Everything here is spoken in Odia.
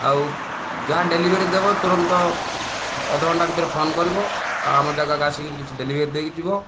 ଆଉ ଯାହା ଡେଲିଭରି ଦେବ ତୁରନ୍ତ ଅଧଘଣ୍ଟା ଭିତରେ ଫୋନ କରିବ ଆଉ ଆମ ଜାଗାକୁ ଆସି କିଛି ଡେଲିଭରି ଦେଇକି ଯିବ